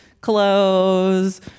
clothes